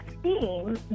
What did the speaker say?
steam